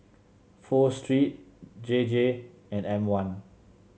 Pho Street J J and M one